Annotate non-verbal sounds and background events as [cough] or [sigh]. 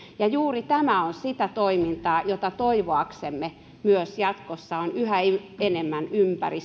juuri tämä on sitä toimintaa jota toivoaksemme myös jatkossa on yhä enemmän ympäri [unintelligible]